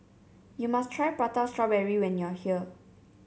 you must try Prata Strawberry when you are here